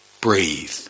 breathe